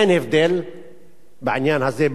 אין הבדל בעניין הזה,